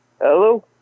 hello